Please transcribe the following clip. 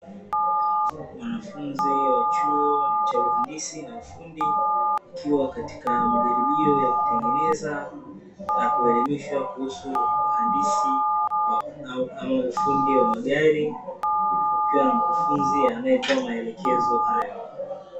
Wanafunzi wa chuo cha uhandisi na ufundi, wakiwa katika majaribio ya kutengeneza na kuelimishwa kuhusu uhandisi ama ufundi wa magari, kukiwa na mkufunzi anaetoa maelekezo hayo.